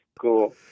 cool